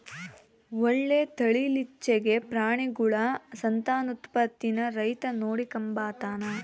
ಒಳ್ಳೆ ತಳೀಲಿಚ್ಚೆಗೆ ಪ್ರಾಣಿಗುಳ ಸಂತಾನೋತ್ಪತ್ತೀನ ರೈತ ನೋಡಿಕಂಬತಾನ